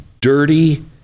dirty